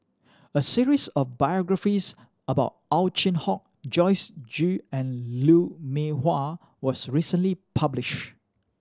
a series of biographies about Ow Chin Hock Joyce Jue and Lou Mee Wah was recently published